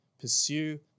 pursue